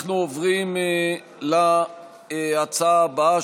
אנחנו עוברים להצעה הבאה,